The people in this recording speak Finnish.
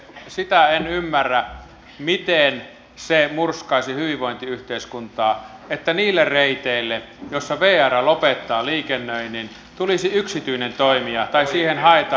sitä en ymmärrä miten se murskasi myy vain yhteiskunta että niillä reiteillä joissa veera lopettaa liikennöinnin tulisi yksityinen toimija tai siihen että